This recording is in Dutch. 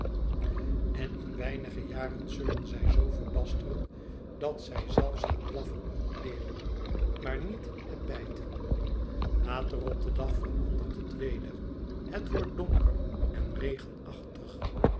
en in weinige jaren zullen zij zoo verbasteren dat zij zelfs het blaffen ontleeren maar niet het bijten later op den dag verandert het weder het wordt donker en regenachtig